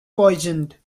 poisoned